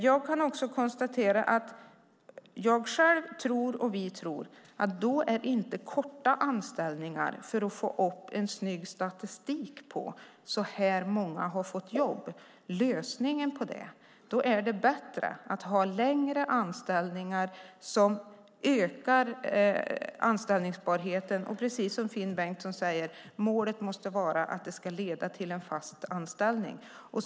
Jag kan också konstatera att jag och vi tror att korta anställningar för att få en snygg statistik som visar hur många som har fått jobb inte är lösningen på detta. Då är det bättre att ha längre anställningar som ökar anställbarheten. Precis som Finn Bengtsson säger måste målet vara att det ska leda till en fast anställning.